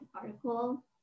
article